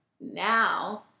Now